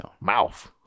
mouth